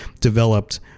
developed